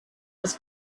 was